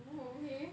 oh okay